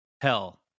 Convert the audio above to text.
Hell